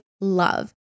love